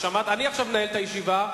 חסר-ניסיון, אני עכשיו מנהל את הישיבה.